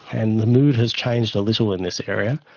and the mood has changed a little in this area.